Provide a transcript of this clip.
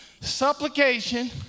supplication